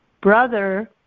brother